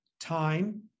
time